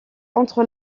entre